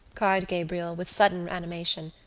cried gabriel, with sudden animation,